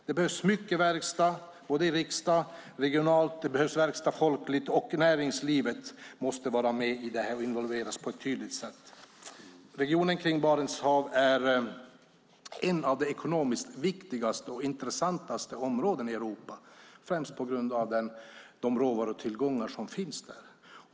Det behövs mycket verkstad, både i riksdagen och regionalt. Det behövs folklig verkstad, och näringslivet måste vara med i det här och involveras på ett tydligt sätt. Regionen kring Barents hav är ett av de ekonomiskt viktigaste och intressantaste områdena i Europa, främst på grund av de råvarutillgångar som finns där.